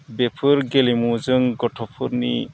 बेफोर गेलेमुजों गथ'फोरनि